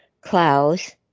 clouds